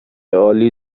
عالی